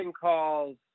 calls